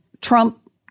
Trump